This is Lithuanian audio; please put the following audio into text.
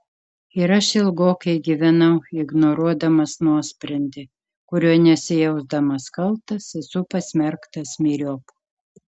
ir aš ilgokai gyvenau ignoruodamas nuosprendį kuriuo nesijausdamas kaltas esu pasmerktas myriop